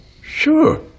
Sure